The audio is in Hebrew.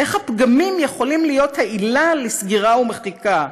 איך הפגמים יכולים להיות עילה לסגירה ומחיקה?